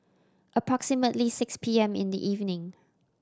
approximately six P M in the evening